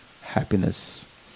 happiness